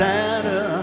Santa